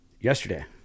yesterday